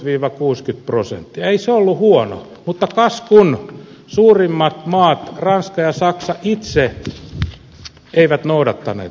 ei se ollut huono mutta kas kun suurimmat maat ranska ja saksa itse eivät noudattaneet tätä sopimusta